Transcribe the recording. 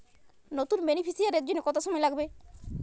নতুন বেনিফিসিয়ারি জন্য কত সময় লাগবে?